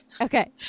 Okay